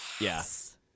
Yes